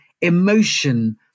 emotion